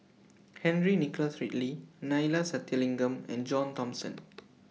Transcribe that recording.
Henry Nicholas Ridley Neila Sathyalingam and John Thomson